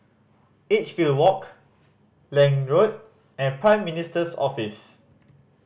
Edgefield Walk Lange Road and Prime Minister's Office